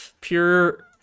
pure